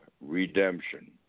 redemption